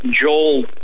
Joel